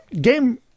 Game